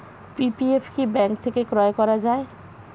PPF কি bank থেকে ক্রয় করা যায়?